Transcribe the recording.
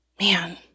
man